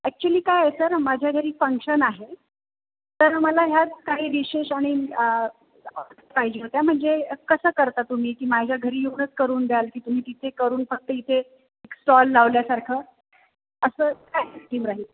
actually काय आहे sir माझ्या घरी फंक्शन आहे तर मला ह्यात काही डीशेस आणि पाहिजे होत्या म्हणजे कसं करता तुम्ही की माझ्या घरी येऊनच करून द्याल की तुम्ही तिथे करून फक्त इथे स्टॉल लावल्यासारखं असं काय सिस्टीम राहील